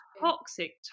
toxic